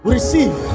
Receive